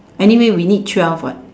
anyway we need twelve what